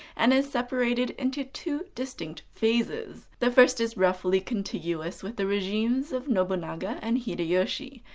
and is separated into two distinct phases. the first is roughly contiguous with the regimes of nobunaga and hideyoshi.